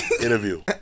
interview